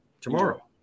tomorrow